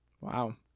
Wow